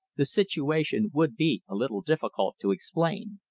the situation would be a little difficult to explain.